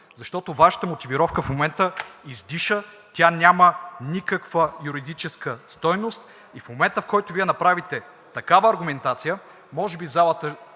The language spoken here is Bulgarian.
Защото Вашата мотивировка в момента издиша, тя няма никаква юридическа стойност и в момента, в който Вие направите такава аргументация, може би залата